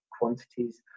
quantities